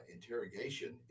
Interrogation